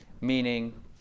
meaning